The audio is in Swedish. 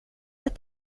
att